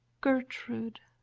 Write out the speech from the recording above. gertrude!